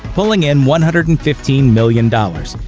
pulling in one hundred and fifteen million dollars,